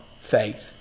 faith